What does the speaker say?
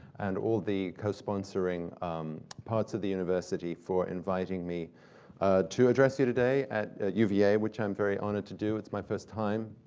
and all the co-sponsoring parts of the university, for inviting me to address you today at uva, which i'm very honored to do. it's my first time